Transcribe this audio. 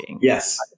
Yes